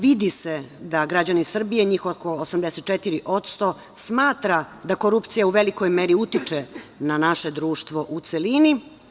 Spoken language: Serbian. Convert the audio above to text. Vidi se da građani Srbije, njih oko 84% smatra da korupcija u velikoj meri utiče na naše društvo u celini.